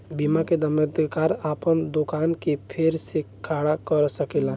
बीमा से दोकानदार आपन दोकान के फेर से खड़ा कर सकेला